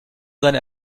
seine